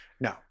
No